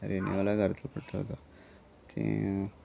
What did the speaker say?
रेनीवाला घालचो पडटलो तो तीं